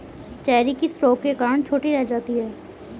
Cherry किस रोग के कारण छोटी रह जाती है?